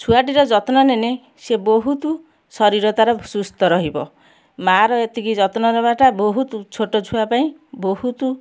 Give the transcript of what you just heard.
ଛୁଆଟିର ଯତ୍ନ ନେନେ ସେ ବହୁତ ଶରୀର ତା'ର ସୁସ୍ଥ ରହିବ ମାଆର ଏତିକି ଯତ୍ନ ନେବାଟା ବହୁତ ଛୋଟଛୁଆ ପାଇଁ ବହୁତ